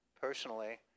personally